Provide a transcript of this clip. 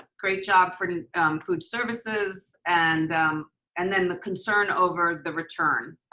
great job for food services, and and then the concern over the return.